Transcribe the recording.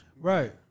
Right